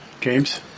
James